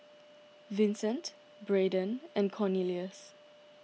Vicente Braedon and Cornelius